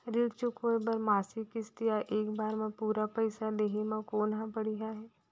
ऋण चुकोय बर मासिक किस्ती या एक बार म पूरा पइसा देहे म कोन ह बढ़िया हे?